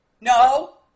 no